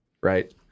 right